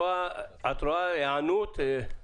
מדובר ב-140 חברות ו-1,700 מומחים.